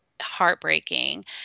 heartbreaking